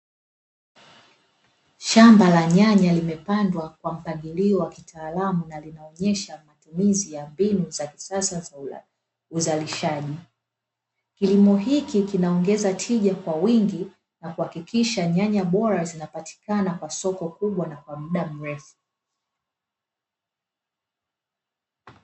Shamba la nyanya limepangwa kwa mpangilio wa kitaalumu na linaonyesha matumizi ya mbinu za kisasa za uzalishaji. Kilimo hiki kinaongeza tija kwa wingi na kuhakikisha nyanya bora zinapatikana kwa soko kubwa na kwa muda mrefu.